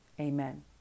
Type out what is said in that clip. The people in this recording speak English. amen